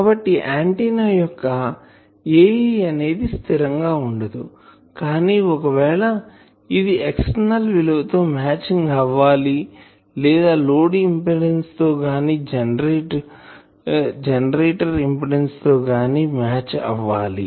కాబట్టి ఆంటిన్నా యొక్క Ae అనేది స్థిరంగా ఉండదుకానీ ఒకవేళ ఇది ఎక్స్టర్నల్ విలువ తో మ్యాచింగ్ అవ్వాలి లేదా లోడ్ ఇంపిడెన్సు తో గాని జనరేటర్ ఇంపిడెన్సు తో గాని మ్యాచ్ అవ్వాలి